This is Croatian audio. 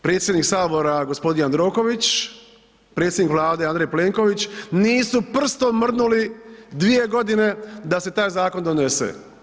Predsjednik sabora gospodin Jandroković, predsjednik Vlade Andrej Plenković nisu prstom mrdnuli 2 godine da se taj zakon donese.